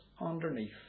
underneath